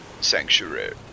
sanctuary